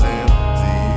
empty